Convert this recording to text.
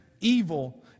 evil